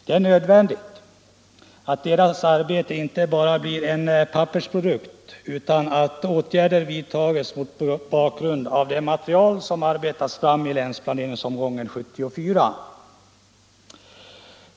Det är nödvändigt att deras arbete inte bara blir en pappersprodukt utan att åtgärder vidtas mot bakgrund av det material som arbetats fram i länsplaneringsomgång 1974.